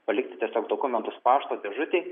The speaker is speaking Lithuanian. palikti tiesiog dokumentus pašto dėžutėj